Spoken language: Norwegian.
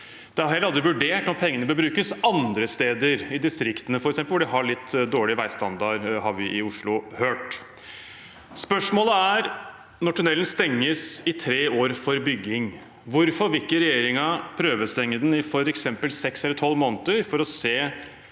Det er heller aldri vurdert om pengene bør brukes andre steder, f.eks. i distriktene, hvor de har litt dårlig veistandard, har vi i Oslo hørt. Spørsmålet er: Tunnelen stenges i tre år for bygging – hvorfor vil ikke regjeringen prøvestenge den i f.eks. seks eller tolv måneder for å se